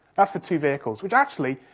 that's for two vehicles which, actually,